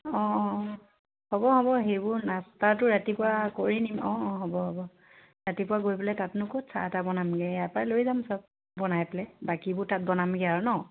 অঁ অঁ হ'ব হ'ব সেইবোৰ নাস্তাটো ৰাতিপুৱা কৰি নিম অঁ অঁ হ'ব হ'ব ৰাতিপুৱা গৈ পেলাই তাতনো ক'ত চাহ তাহ বনামগে ইয়াৰ পৰাই লৈ যাম চব বনাই পেলাই বাকীবোৰ তাত বনামগে আৰু ন